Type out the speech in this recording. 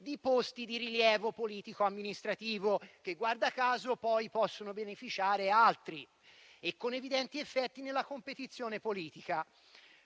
di posti di rilievo politico-amministrativo, di cui guarda caso poi possono beneficiare altri, con evidenti effetti nella competizione politica.